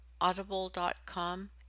Audible.com